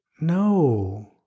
No